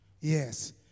Yes